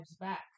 back